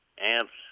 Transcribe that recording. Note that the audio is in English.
amps